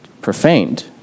profaned